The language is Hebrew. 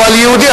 אבל יהודי,